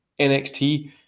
NXT